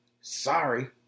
Sorry